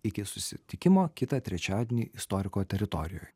iki susitikimo kitą trečiadienį istoriko teritorijoj